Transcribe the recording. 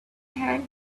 hand